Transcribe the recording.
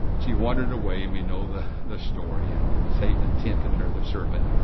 she wandered away and we know the the story and satan tempted her, the serpent.